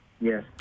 yes